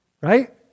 right